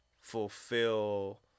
fulfill